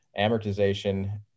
amortization